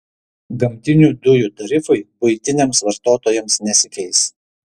gamtinių dujų tarifai buitiniams vartotojams nesikeis